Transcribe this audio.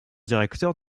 directeur